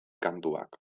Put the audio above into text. kantuak